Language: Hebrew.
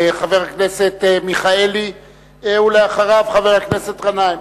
חבר הכנסת מיכאלי, ולאחריו, חבר הכנסת גנאים.